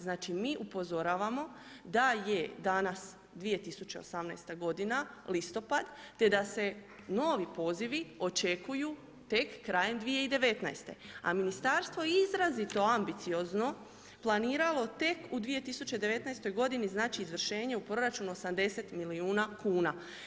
Znači, mi upozoravamo da je danas 2018. g., listopad, te da se novi pozivi očekuju tek krajem 2019. a ministarstvo izrazito ambiciozno planiralo tek u 2019. g. izvršenje u proračunu 80 milijuna kuna.